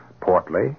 portly